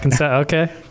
okay